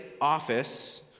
office